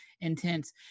intense